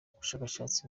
ubushakashatsi